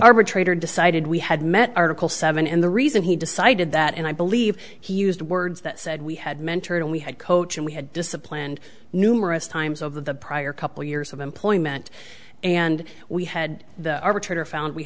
arbitrator decided we had met article seven and the reason he decided that and i believe he used words that said we had mentored and we had coach and we had disciplined numerous times over the prior couple years of employment and we had the arbitrator found we